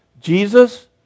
Jesus